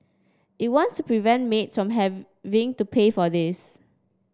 it wants to prevent maids having to pay for a this